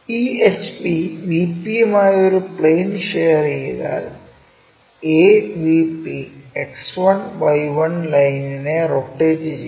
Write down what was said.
ഈ HP VP യുമായി ഒരു പ്ലെയിൻ ഷെയർ ചെയ്താൽ AVP X1Y1 ലൈനിനെ റൊട്ടേറ്റു ചെയ്യും